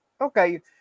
Okay